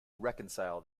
reconcile